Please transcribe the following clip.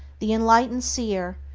the enlightened seer,